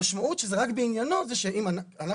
המשמעות שזה רק בעניינו היא שאם אנחנו